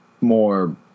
more